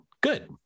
good